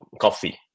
coffee